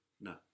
No